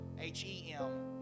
H-E-M